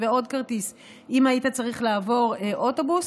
ועוד כרטיס אם היית צריך לעבור אוטובוס,